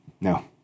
No